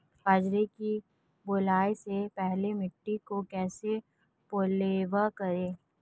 बाजरे की बुआई से पहले मिट्टी को कैसे पलेवा करूं?